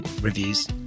reviews